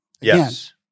Yes